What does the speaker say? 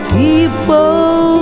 people